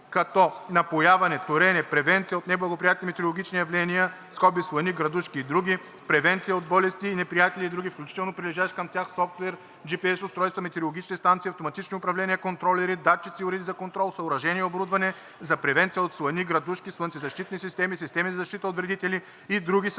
като напояване, торене, превенция от неблагоприятни метеорологични явления (слани, градушки и др.), превенция от болести и неприятели и др., вкл. прилежащ към тях софтуер – GPS устройства, метеорологични станции, автоматични управления, контролери, датчици и уреди за контрол, съоръжения и оборудване за превенция от слани, градушки, слънцезащитни системи, системи за защита от вредители, и други със